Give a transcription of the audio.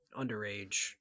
underage